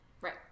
Right